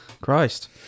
Christ